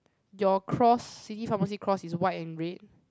your cross city pharmacy cross is white and red